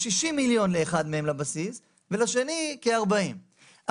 60,000,000 ₪ לאחד מהם ולשני כ-40,000,000 ₪.